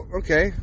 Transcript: okay